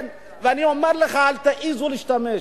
ואני אומר לך, אל תעזו להשתמש.